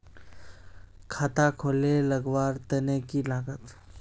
खाता खोले लगवार तने की लागत?